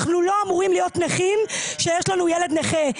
אנחנו לא אמורים להיות נכים שיש לנו ילד נכה.